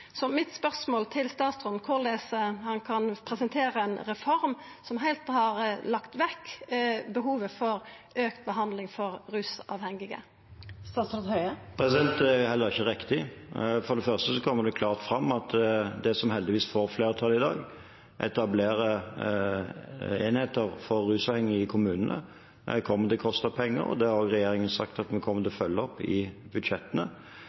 Så spørsmålet mitt til statsråden er korleis han kan presentera ei reform som heilt har lagt vekk behovet for auka behandling for rusavhengige. Det er heller ikke riktig. For det første kommer det klart fram at det som heldigvis får flertall i dag, å etablere enheter for rusavhengige i kommunene, kommer til å koste penger, og det har regjeringen sagt at vi kommer til å følge opp i budsjettene.